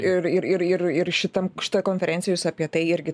ir ir ir ir ir šitam šitoj konferencijoj jūs apie tai irgi